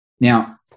Now